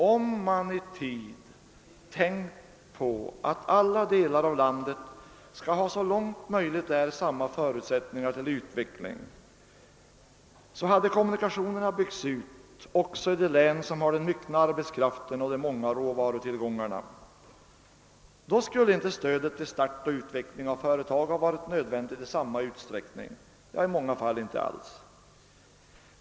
Om man i tid tänkt på att alla delar av landet så långt möjligt är skall ha samma förutsättningar till utveckling, hade kommunikationerna byggts ut också i de län som har den myckna arbetskraften och de många råvarutillgångarna. Då skulle inte stödet till start och utveckling av företag ha varit nödvändigt i samma utsträckning — ja, i många fall inte alls!